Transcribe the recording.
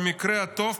במקרה הטוב,